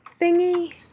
thingy